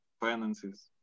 finances